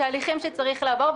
אלה תהליכים שצריך לעבור.